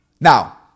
Now